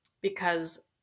because-